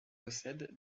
possède